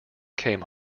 came